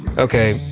okay,